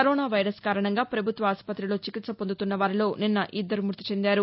corona virus కారణంగా పభుత్వ ఆసుపత్రిలో చికిత్స పొందుతున్న వారిలో నిన్న ఇద్దరు మ్బతి చెందారు